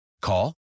Call